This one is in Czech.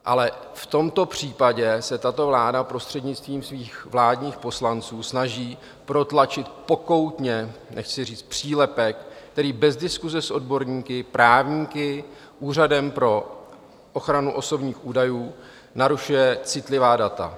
Ale v tomto případě se tato vláda prostřednictvím svých vládních poslanců snaží protlačit pokoutně nechci říct přílepek, který bez diskuse s odborníky, právníky, Úřadem pro ochranu osobních údajů narušuje citlivá data.